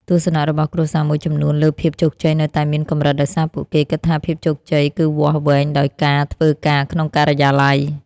ទស្សនៈរបស់គ្រួសារមួយចំនួនលើភាពជោគជ័យនៅតែមានកម្រិត ដោយសារពួកគេគិតថាភាពជោគជ័យគឺវាស់វែងដោយការធ្វើការក្នុងការិយាល័យ។